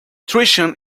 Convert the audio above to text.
treason